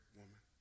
woman